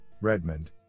Redmond